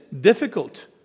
difficult